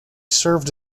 served